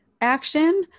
action